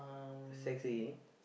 sightseeing